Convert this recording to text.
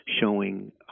showing